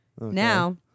now